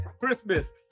Christmas